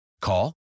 Call